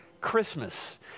Christmas